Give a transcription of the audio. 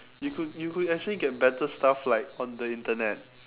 you could you could actually get better stuff like on the internet